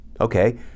okay